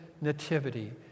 nativity